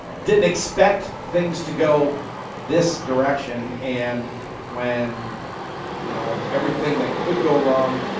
didn't expect things to go this direction and when you know everything that could go wrong,